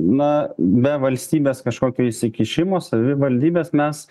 na be valstybės kažkokio įsikišimo savivaldybės mes